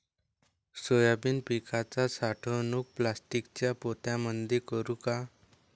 Soybean पिकाची साठवणूक प्लास्टिकच्या पोत्यामंदी करू का?